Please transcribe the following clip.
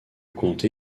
comté